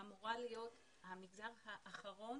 אמור להיות המגזר האחרון